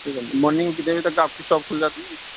ٹھیک ہے مارننگ کتنے بجے تک آپ کی شاپ کُھل جاتی ہے